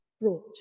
brought